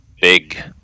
big